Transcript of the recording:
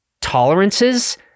tolerances